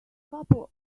couple